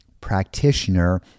practitioner